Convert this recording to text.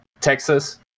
Texas